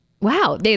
Wow